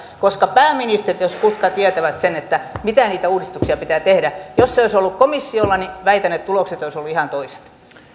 koska pääministerit jos kutka tietävät mitä uudistuksia pitää tehdä jos se olisi ollut komissiolla niin väitän että tulokset olisivat olleet ihan toiset